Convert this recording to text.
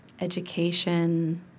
education